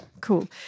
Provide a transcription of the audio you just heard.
cool